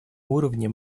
уровне